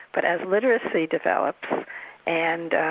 but as literacy develops and,